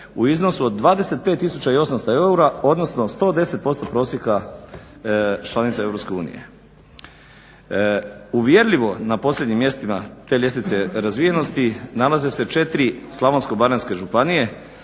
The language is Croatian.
u iznosu od 25800 eura odnosno 110% prosjeka članica EU. Uvjerljivo na posljednjim mjestima te ljestvice razvijenosti nalaze se 4 slavonsko-baranjske županije